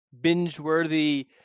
binge-worthy